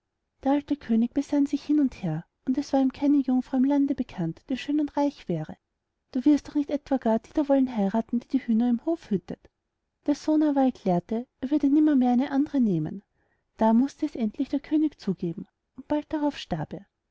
der alte könig besann sich hin und her und es war ihm keine jungfrau im land bekannt die schön und reich wäre du wirst doch nicht etwa gar die da wollen heirathen die die hüner im hofe hütet der sohn aber erklärte er würde nimmermehr eine andere nehmen da mußte es endlich der könig zugeben und bald darauf starb